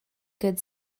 good